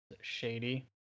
Shady